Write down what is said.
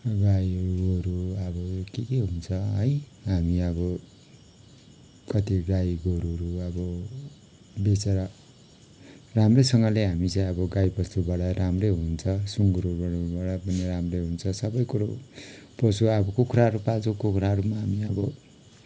गाई गोरु अब के के हुन्छ है हामी अब कति गाई गोरुहरू अब बेचेर राम्रैसँगले हामी चाहिँ अब गाई बस्तुबाट राम्रै हुन्छ सुँगुरहरूबाट बाट पनि राम्रै हुन्छ सबै कुरो पशु अब कुखुराहरू पाल्छौँ कुखुराहरू पनि हामी अब